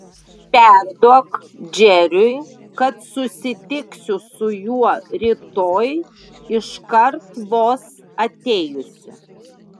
perduok džeriui kad susitiksiu su juo rytoj iškart vos atėjusi